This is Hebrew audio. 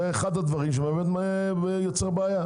זה אחד הדברים שיוצר בעיה.